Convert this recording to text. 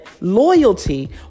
loyalty